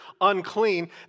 unclean